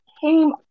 came